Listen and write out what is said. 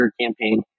campaign